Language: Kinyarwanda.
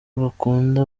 bakunda